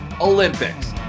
olympics